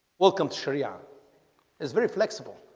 welcome sharia is very flexible.